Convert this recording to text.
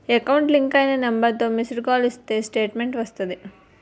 account link అయిన నెంబర్తో missed call ఇస్తే స్టేట్మెంటు వస్తాది